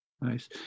Nice